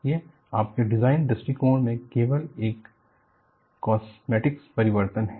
यह आपके डिजाइन दृष्टिकोण में केवल एक कॉस्मेटिक्स परिवर्तन है